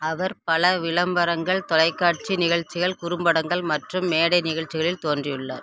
அவர் பல விளம்பரங்கள் தொலைக்காட்சி நிகழ்ச்சிகள் குறும்படங்கள் மற்றும் மேடை நிகழ்ச்சிகளில் தோன்றியுள்ளார்